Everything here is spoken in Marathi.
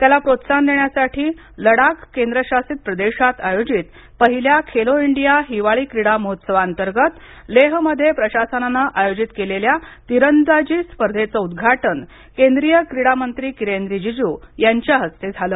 त्याला प्रोत्साहन देण्यासाठी लडाख केंद्रशासित प्रदेशात आयोजित पहिल्या खेलो इंडिया हिवाळी क्रीडा मोहोत्सावाअंतर्गत लेहमध्ये प्रशासनाने आयोजित केलेल्या तिरंदाजी स्पर्धेचं उद्घाटन केंद्रीय क्रीडा मंत्री किरेन रिजीजू यांच्या हस्ते झालं